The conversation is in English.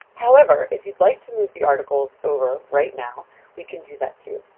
however, if you'd like to move the articles over right now we can do that too.